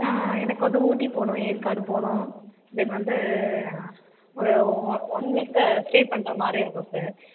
எனக்கு வந்து ஊட்டி போகணும் ஏற்காடு போகணும் தென் வந்து ஒரு ஒன் வீக்கு ஸ்டே பண்ணுற மாதிரி இருக்கும் சார்